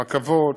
רכבות,